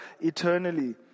eternally